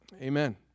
Amen